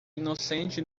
inocente